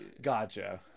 gotcha